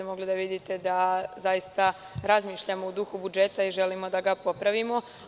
Mogli ste da vidite da razmišljamo u duhu budžeta i želimo da ga popravimo.